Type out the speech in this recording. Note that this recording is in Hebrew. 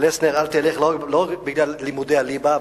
פלסנר, אל תלך, לא רק בגלל לימודי הליבה.